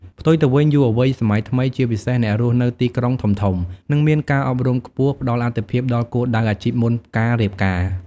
ផ្ទុយទៅវិញ យុវវ័យសម័យថ្មី ជាពិសេសអ្នករស់នៅទីក្រុងធំៗ និងមានការអប់រំខ្ពស់ ផ្ដល់អាទិភាពដល់គោលដៅអាជីពមុនការរៀបការ។